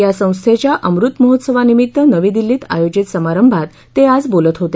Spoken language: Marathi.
या संस्थेच्या अमृत महोत्सवानिभित्त नवी दिल्लीत आयोजित समारंभात ते आज बोलत होते